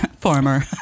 former